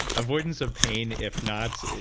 avoidance of pain, if not,